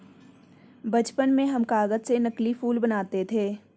बचपन में हम कागज से नकली फूल बनाते थे